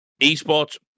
Esports